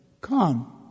Come